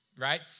right